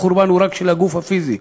החורבן הוא רק של הגוף הפיזי,